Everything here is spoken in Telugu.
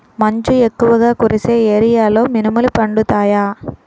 మంచు ఎక్కువుగా కురిసే ఏరియాలో మినుములు పండుతాయా?